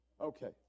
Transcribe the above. Okay